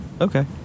okay